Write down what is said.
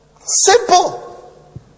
simple